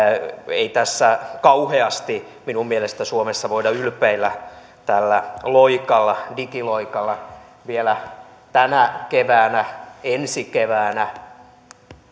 mielestäni tässä ei kauheasti voida suomessa ylpeillä tällä digiloikalla digiloikalla vielä tänä keväänä ja ensi keväänä